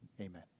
Amen